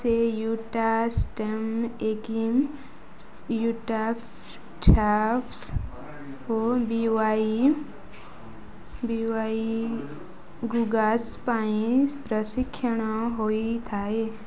ସେ ୟୁଟା ଷ୍ଟେମ୍ ଏଗିମ୍ ୟୁଟା ଛାପସ୍ ଓ ବି ୱାଇ ବି ୱାଇ ଗୁଗାର୍ସ ପାଇଁ ପ୍ରଶିକ୍ଷଣ ହୋଇ ଥାଏ